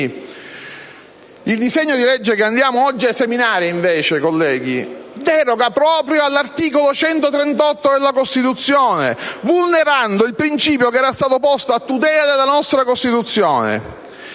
Il disegno di legge che andiamo oggi ad esaminare, invece, deroga proprio all'articolo 138 della Costituzione, vulnerando il principio che era stato posto a tutela della nostra Costituzione.